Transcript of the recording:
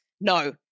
no